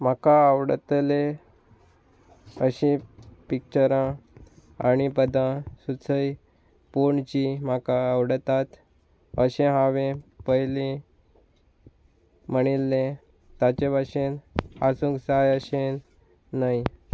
म्हाका आवडटले अशीं पिक्चरां आनी पदां सुचय पूण जीं म्हाका आवडटात अशें हांवें पयलीं म्हणिल्लें ताचे भाशेन आसूंक जाय अशें न्हय